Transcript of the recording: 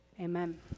amen